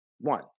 one